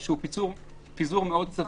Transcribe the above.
שהוא פיזור מאוד סביר.